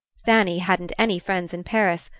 fanny hadn't any friends in paris,